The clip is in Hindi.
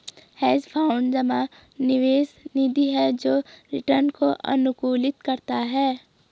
हेज फंड जमा निवेश निधि है जो रिटर्न को अनुकूलित करता है